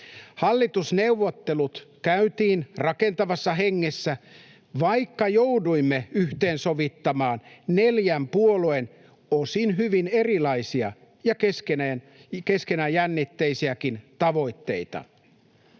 Hallitusneuvottelut käytiin rakentavassa hengessä, vaikka jouduimme yhteensovittamaan neljän puolueen osin hyvin erilaisia ja keskenään jännitteisiäkin tavoitteita.